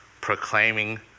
proclaiming